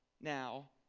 now